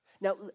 Now